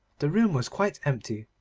the room was quite empty.